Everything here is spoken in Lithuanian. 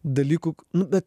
dalykų nu bet